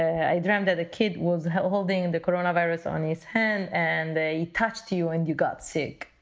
i dreamt that a kid was holding the corona virus on his hand and they touched you and you got sick